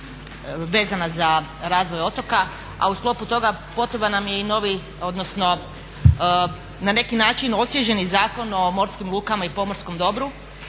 vezana za razvoj otoka, a u sklopu toga potreban nam je i novi, odnosno na neki način osvježeni Zakon o morskim lukama i pomorskom dobru,